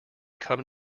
come